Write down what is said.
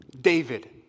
David